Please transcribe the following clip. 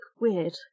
weird